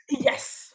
Yes